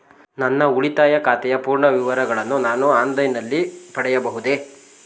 ನನ್ನ ಉಳಿತಾಯ ಖಾತೆಯ ಪೂರ್ಣ ವಿವರಗಳನ್ನು ನಾನು ಆನ್ಲೈನ್ ನಲ್ಲಿ ಪಡೆಯಬಹುದೇ?